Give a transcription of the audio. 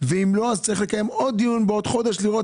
ואם לא אז צריך לקיים עוד דיון בעוד חודש כדי לראות